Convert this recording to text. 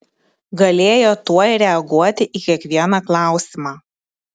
galėjo tuoj reaguoti į kiekvieną klausimą